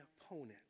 opponent